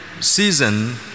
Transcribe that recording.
season